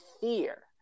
fear